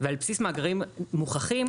ועל בסיס מאגרים מוכחים,